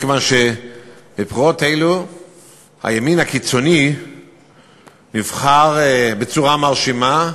מכיוון שבבחירות האלו הימין הקיצוני נבחר בצורה מרשימה,